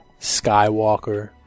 Skywalker